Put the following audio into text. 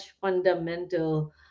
fundamental